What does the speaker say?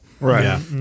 Right